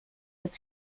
mit